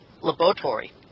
laboratory